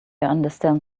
understand